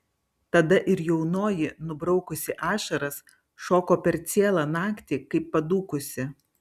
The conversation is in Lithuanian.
tada ir jaunoji nubraukusi ašaras šoko per cielą naktį kaip padūkusi